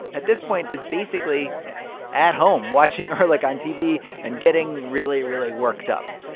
at this point, is basically at home watching ehrlich on tv and getting really, really worked up.